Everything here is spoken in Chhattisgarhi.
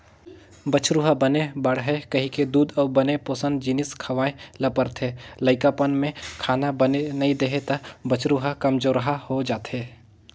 बछरु ह बने बाड़हय कहिके दूद अउ बने पोसन जिनिस खवाए ल परथे, लइकापन में खाना बने नइ देही त बछरू ह कमजोरहा हो जाएथे